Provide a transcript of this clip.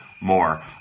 more